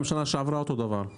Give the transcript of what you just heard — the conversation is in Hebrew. גם בשנה שעברה אותו הדבר.